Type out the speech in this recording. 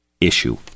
issue